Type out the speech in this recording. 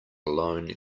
alone